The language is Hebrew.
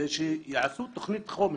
שיעשו תוכנית חומש.